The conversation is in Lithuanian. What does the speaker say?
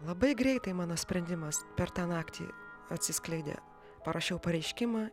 labai greitai mano sprendimas per tą naktį atsiskleidė parašiau pareiškimą